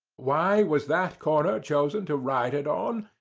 why was that corner chosen to write it on?